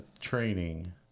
training